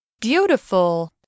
beautiful